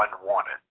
unwanted